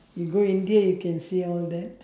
you go india you can see all that